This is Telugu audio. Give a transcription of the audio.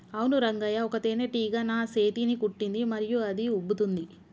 అవును రంగయ్య ఒక తేనేటీగ నా సేతిని కుట్టింది మరియు అది ఉబ్బుతోంది